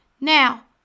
now